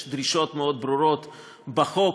יש דרישות ברורות מאוד בחוק